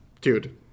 Dude